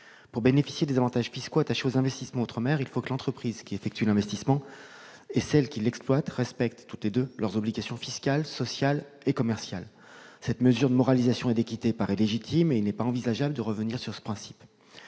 Pour bénéficier des avantages fiscaux attachés aux investissements outre-mer, il faut que l'entreprise qui effectue l'investissement et celle qui l'exploite respectent toutes les deux leurs obligations fiscales, sociales et commerciales. Cette mesure de moralisation et d'équité paraît légitime et il n'est pas envisageable de revenir sur ce principe.